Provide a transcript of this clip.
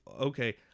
okay